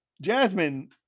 Jasmine